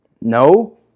no